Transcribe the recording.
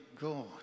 God